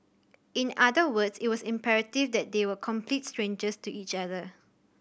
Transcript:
in other words it was imperative that they were complete strangers to each other